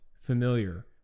familiar